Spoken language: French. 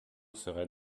serait